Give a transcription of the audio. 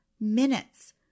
minutes